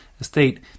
estate